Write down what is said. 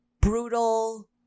brutal